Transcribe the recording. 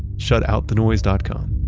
shutoutthenoise dot com.